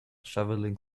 shoveling